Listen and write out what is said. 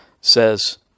says